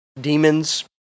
demons